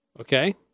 Okay